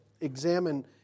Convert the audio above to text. examine